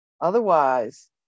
Otherwise